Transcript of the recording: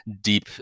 deep